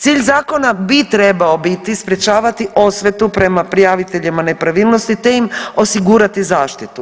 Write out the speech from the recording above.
Cilj zakona bi trebao biti sprečavati osvetu prema prijaviteljima nepravilnosti te im osigurati zaštitu.